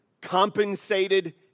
compensated